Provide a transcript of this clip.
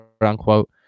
unquote